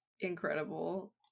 incredible